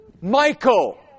Michael